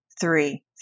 three